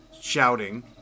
shouting